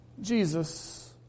Jesus